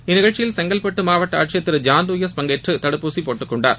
இந்த நிகழ்ச்சியில் செங்கல்பட்டு மாவட்ட ஆட்சியர் திரு ஜான் லூயில் பங்கேற்று தடுப்பூசி போட்டுக் கொண்டார்